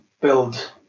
build